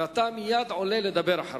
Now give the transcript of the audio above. אתה מייד עולה לדבר אחריו.